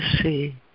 see